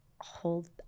hold